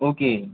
okay